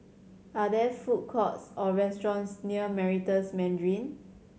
are there food courts or restaurants near Meritus Mandarin